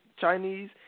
Chinese